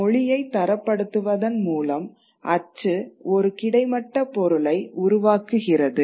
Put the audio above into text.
மொழியை தரப்படுத்துவதன் மூலம் அச்சு ஒரு கிடைமட்ட பொருளை உருவாக்குகிறது